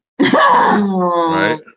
Right